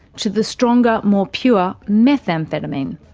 to the stronger, more pure methamphetamine.